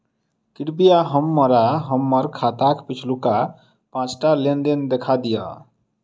कृपया हमरा हम्मर खाताक पिछुलका पाँचटा लेन देन देखा दियऽ